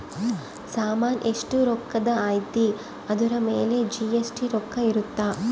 ಸಾಮನ್ ಎಸ್ಟ ರೊಕ್ಕಧ್ ಅಯ್ತಿ ಅದುರ್ ಮೇಲೆ ಜಿ.ಎಸ್.ಟಿ ರೊಕ್ಕ ಇರುತ್ತ